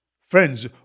Friends